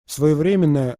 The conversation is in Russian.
своевременная